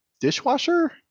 dishwasher